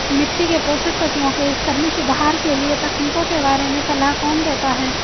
मिट्टी के पोषक तत्वों के स्तर में सुधार के लिए तकनीकों के बारे में सलाह कौन देता है?